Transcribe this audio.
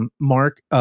Mark